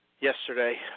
yesterday